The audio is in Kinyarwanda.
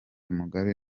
mugabe